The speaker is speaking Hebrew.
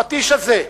הפטיש הזה,